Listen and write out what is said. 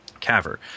Caver